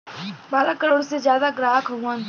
बारह करोड़ से जादा ग्राहक हउवन